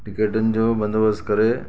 टिकेटनि जो बंदोबस्त करे